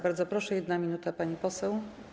Bardzo proszę, 1 minuta, pani poseł.